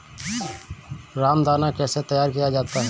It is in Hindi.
रामदाना कैसे तैयार किया जाता है?